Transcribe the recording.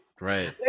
right